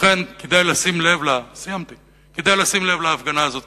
לכן, כדאי לשים לב להפגנה הזאת.